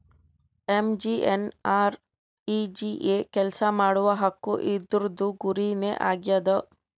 MGNREGA ಕೆಲ್ಸಾ ಮಾಡುವ ಹಕ್ಕು ಇದೂರ್ದು ಗುರಿ ನೇ ಆಗ್ಯದ